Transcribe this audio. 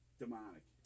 demonic